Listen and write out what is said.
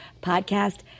podcast